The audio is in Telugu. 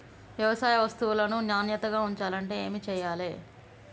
వ్యవసాయ వస్తువులను నాణ్యతగా ఉంచాలంటే ఏమి చెయ్యాలే?